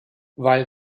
weil